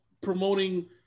promoting